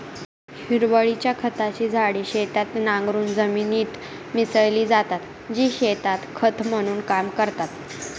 हिरवळीच्या खताची झाडे शेतात नांगरून जमिनीत मिसळली जातात, जी शेतात खत म्हणून काम करतात